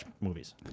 movies